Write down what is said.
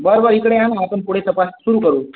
बरं बरं इकडे या नं आपण पुढे तपास सुरू करू